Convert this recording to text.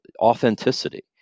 authenticity